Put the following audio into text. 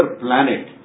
planet